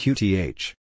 Qth